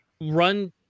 run